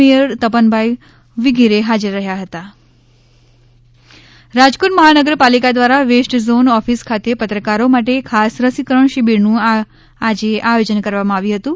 mayor તપનભાઈ વિગેરે હાજર રહ્યા હતા કોરોના રાજકોટ રાજકોટ મહાનગરપાલિકા દ્વારા વેસ્ટઝોન ઓફિસ ખાતે પત્રકારો માટે ખાસ રસીકરણ શિબિરનું આજે આયોજન કરવામાં આવ્યું હતુ